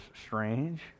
strange